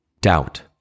doubt